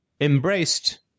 embraced